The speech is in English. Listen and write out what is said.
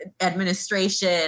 administration